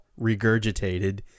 regurgitated